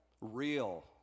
Real